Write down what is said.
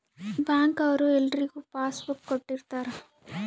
bank ಅವ್ರು ಎಲ್ರಿಗೂ passbook ಕೊಟ್ಟಿರ್ತರ